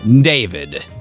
David